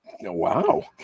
wow